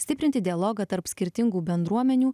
stiprinti dialogą tarp skirtingų bendruomenių